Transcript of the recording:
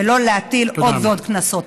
ולא להטיל עוד ועוד קנסות.